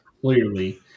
Clearly